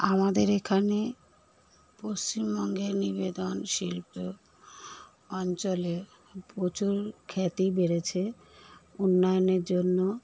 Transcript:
আমাদের এখানে পশ্চিমবঙ্গের নিবেদন শিল্প অঞ্চলে প্রচুর খ্যাতি বেড়েছে উন্নয়নের জন্য